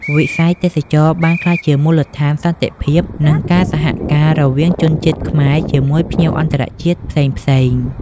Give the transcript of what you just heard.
វិស័យទេសចរណ៍បានក្លាយជាមូលដ្ឋានសន្តិភាព និងការសហការណ៍រវាងជនជាតិខ្មែរជាមួយភ្ញៀវអន្តរជាតិផ្សេងៗ។